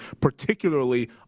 particularly